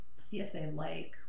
CSA-like